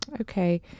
Okay